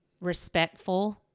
respectful